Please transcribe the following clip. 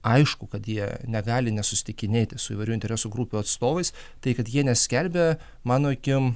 aišku kad jie negali nesusitikinėti su įvairių interesų grupių atstovais tai kad jie neskelbia mano akim